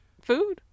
food